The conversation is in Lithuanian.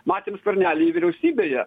matėm skvernelį vyriausybėje